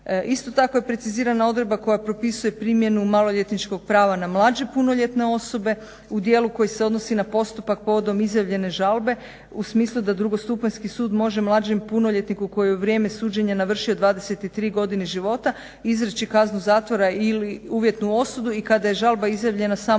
Isto tako je precizirana odredba koja propisuje primjenu maloljetničkog prava na mlađe punoljetne osobe u dijelu koji se odnosi na postupak povodom izjavljene žalbe u smislu da drugostupanjski sud može mlađem punoljetniku koji je u vrijeme suđenja navršio 23. godine života izreći kaznu zatvora ili uvjetnu osudu i kada je žalba izjavljena samo u njegovu